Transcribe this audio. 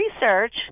research